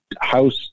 house